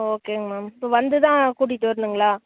ஓகேங்க மேம் இப்போ வந்து தான் கூட்டிகிட்டு வரணுங்களா